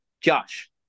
josh